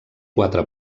quatre